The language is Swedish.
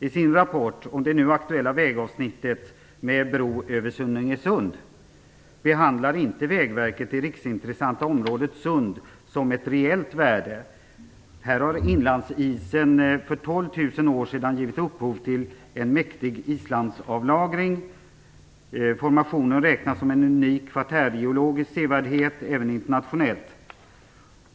I sin rapport om det nu aktuella vägavsnittet med bro över Sunningesund behandlar inte Vägverket det riksintressanta området Sund som ett reellt värde. Här har den 12 000-åriga inlandsisen givit upphov till en mäktig islandsavlagring. Formationen räknas som en unik kvartärgeologisk sevärdhet, även internationellt.